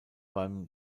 beim